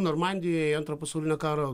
normandijoje antro pasaulinio karo